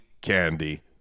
candy